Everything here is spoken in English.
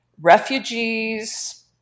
refugees